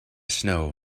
snow